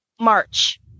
march